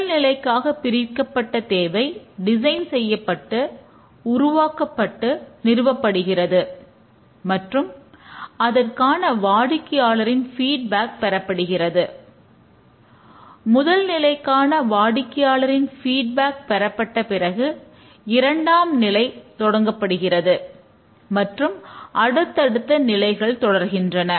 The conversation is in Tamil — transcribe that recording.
முதல் நிலைக்காக பிரிக்கப்பட்ட தேவை டிசைன் செய்யப்பட்டு உருவாக்கப்பட்டு நிறுவப்படுகிறது மற்றும் அதற்கான வாடிக்கையாளரின் ஃபீட்பேக் பெறப்பட்ட பிறகு இரண்டாம் நிலை தொடங்கப்படுகிறது மற்றும் அடுத்தடுத்த நிலைகள் தொடர்கின்றன